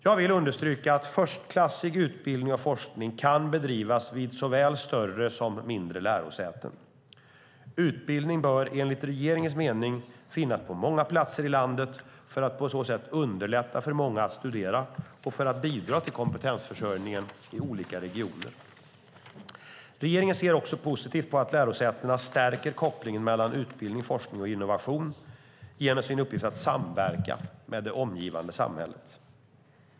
Jag vill understryka att förstklassig utbildning och forskning kan bedrivas vid såväl större som mindre lärosäten. Utbildning bör enligt regeringens mening finnas på många platser i landet, för att på så sätt underlätta för många att studera och för att bidra till kompetensförsörjningen i olika regioner. Regeringen ser också positivt på att lärosätena stärker kopplingen mellan utbildning, forskning och innovation genom sin uppgift att samverka med det omgivande samhället.